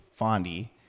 Fondy